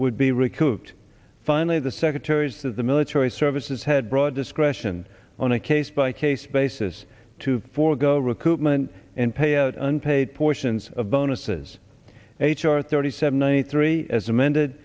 would be recouped finally the secretaries that the military services had broad discretion on a case by case basis to forgo recoupment in payout unpaid portions of bonuses h r thirty seven ninety three as amended